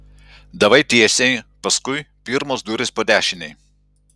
davai tiesiai paskui pirmos durys po dešinei